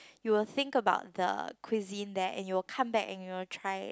you will think about the cuisine there and you'll come back and you'll try